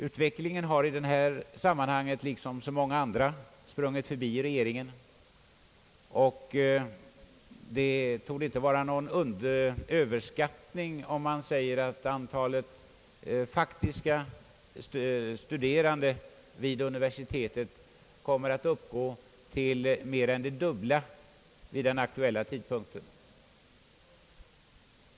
Utvecklingen har i det här sammanhanget liksom i så många andra sprungit förbi regeringen, och det torde inte vara någon överskattning, om man säger att antalet faktiskt studerande vid universitetet kommer att uppgå till mer än det dubbla vid den aktuella tidpunkten.